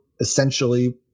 essentially